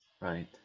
Right